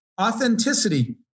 Authenticity